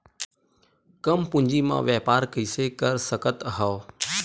कम पूंजी म व्यापार कइसे कर सकत हव?